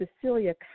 Cecilia